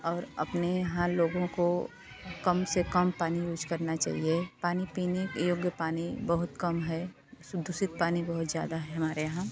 और अपने यहाँ लोगों को कम से कम पानी यूज करना चाहिए पानी पीने योग्य पानी बहुत कम है दूषित पानी बहुत ज़्यादा है हमारे यहाँ